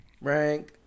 Rank